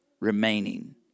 remaining